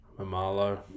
Mamalo